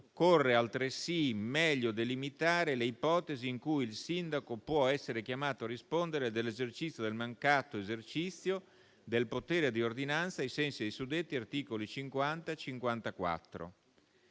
occorre altresì meglio delimitare le ipotesi in cui il sindaco può essere chiamato a rispondere del mancato esercizio del potere di ordinanza ai sensi dei suddetti articoli 50 e 54.